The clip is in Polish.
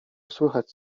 słychać